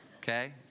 okay